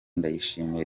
ndayishimiye